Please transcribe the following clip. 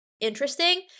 interesting